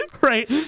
Right